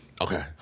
Okay